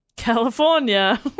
California